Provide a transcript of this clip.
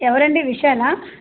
ఎవరండీ విశాలా